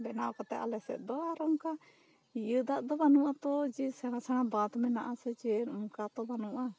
ᱵᱮᱱᱟᱣ ᱠᱟᱛᱮ ᱟᱞᱮᱥᱮᱱ ᱫᱚ ᱟᱨ ᱚᱱᱠᱟ ᱤᱭᱟᱹ ᱫᱟᱜ ᱫᱚ ᱵᱟ ᱱᱩ ᱟᱛᱚ ᱡᱮ ᱥᱮᱬᱟ ᱥᱮᱬᱟ ᱵᱟᱸᱫᱽ ᱢᱮᱱᱟᱜ ᱟᱥᱮ ᱪᱮᱫ ᱚᱱᱠᱟᱛᱚ ᱵᱟ ᱱᱩᱜᱼᱟ